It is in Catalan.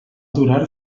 durar